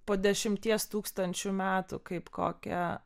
po dešimties tūkstančių metų kaip kokią